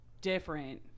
different